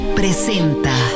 presenta